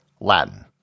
Latin